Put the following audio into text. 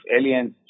aliens